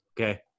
Okay